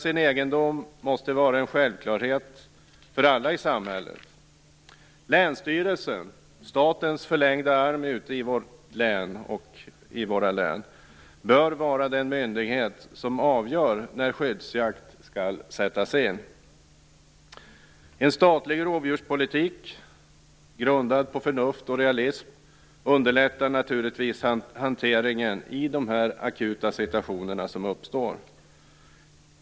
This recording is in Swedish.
Det måste vara en självklarhet för alla i samhället att kunna skydda sin egendom. Länsstyrelsen, statens förlängda arm ute i våra län, bör vara den myndighet som avgör när skyddsjakt skall sättas in. En statlig rovdjurspolitik grundad på förnuft och realism underlättar naturligtvis hanteringen i de akuta situationer som uppstår.